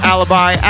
Alibi